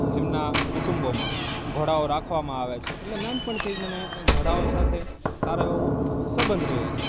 એમના કુટુંબોમાં ઘોડાઓ રાખવામાં આવે છે એટલે નાનપણથી જ મને ઘોડાઓ સાથે સારો એવો સંબંધ રહ્યો છે